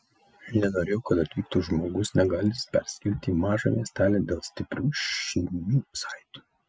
nenorėjau kad atvyktų žmogus negalintis persikelti į mažą miestelį dėl stiprių šeiminių saitų